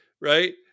right